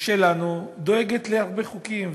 שלנו דואגת להרבה חוקים.